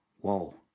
whoa